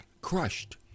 crushed